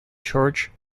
church